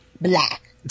Black